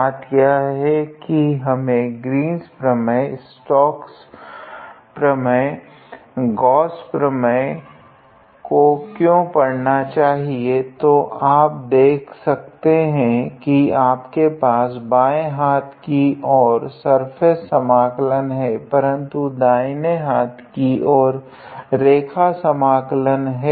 बात यह है की हमें ग्रीन्स प्रमेय गॉस प्रमेय या स्टॉक्स प्रमेय को क्यों पढना चाहिए तो आप देख सकते है की आपके पास बांये हाथ की और सर्फेस समाकलन है परन्तु दाहिने हाथ की और रेखा समाकलन है